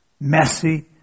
messy